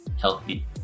healthy